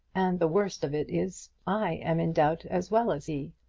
and the worst of it is, i am in doubt as well as he.